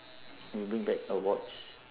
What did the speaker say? you'll bring back get a watch